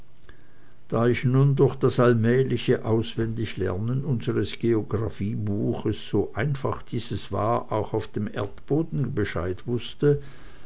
da ich nun durch das allmähliche auswendiglernen unsres geographiebuches so einfach dieses war auch auf dem erdboden bescheid wußte